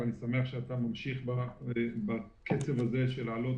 אני שמח שאתה ממשיך בקצב הזה של העלאת